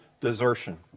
desertion